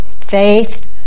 Faith